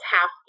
half